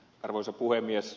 arvoisa puhemies